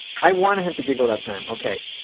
i wanted him to giggle that time, okay.